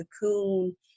cocoon